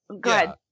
good